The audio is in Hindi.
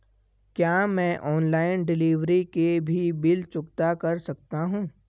क्या मैं ऑनलाइन डिलीवरी के भी बिल चुकता कर सकता हूँ?